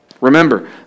Remember